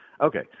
Okay